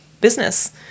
business